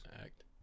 Act